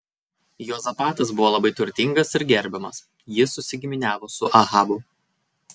juozapatas buvo labai turtingas ir gerbiamas jis susigiminiavo su ahabu